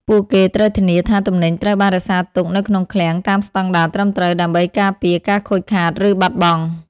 ពួកគេត្រូវធានាថាទំនិញត្រូវបានរក្សាទុកនៅក្នុងឃ្លាំងតាមស្តង់ដារត្រឹមត្រូវ ដើម្បីការពារការខូចខាត ឬបាត់បង់។